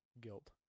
guilt